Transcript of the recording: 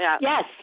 Yes